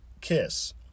KISS